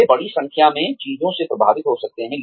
वे बड़ी संख्या में चीजों से प्रभावित हो सकते हैं